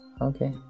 Okay